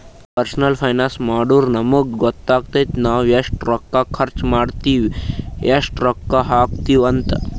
personal finance ಮಾಡುರ್ ನಮುಗ್ ಗೊತ್ತಾತುದ್ ನಾವ್ ಎಸ್ಟ್ ರೊಕ್ಕಾ ಖರ್ಚ್ ಮಾಡ್ತಿವಿ, ಎಸ್ಟ್ ರೊಕ್ಕಾ ಹಾಕ್ತಿವ್ ಅಂತ್